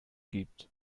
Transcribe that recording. gibt